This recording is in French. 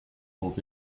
sont